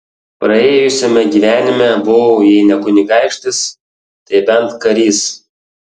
praėjusiame gyvenime buvau jei ne kunigaikštis tai bent karys